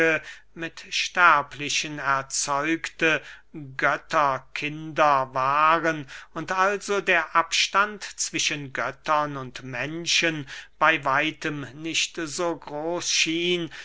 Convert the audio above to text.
mit sterblichen erzeugte götterkinder waren und also der abstand zwischen göttern und menschen bey weitem nicht so groß schien